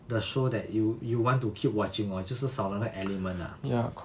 the show that you you want to keep watching lor 就是少了那个 element ah